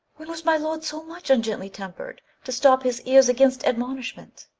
was my lord so much ungently temper'd to stop his ears against admonishment?